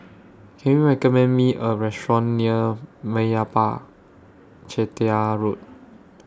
Can YOU recommend Me A Restaurant near Meyappa Chettiar Road